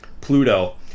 Pluto